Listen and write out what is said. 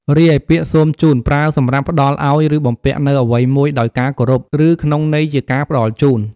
រីឯពាក្យ សូមជូន ប្រើសម្រាប់ផ្តល់ឲ្យ ឬបំពាក់នូវអ្វីមួយដោយការគោរព ឬក្នុងន័យជាការផ្តល់ជូន។